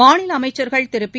மாநில அமைச்சர்கள் திரு பி